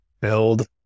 build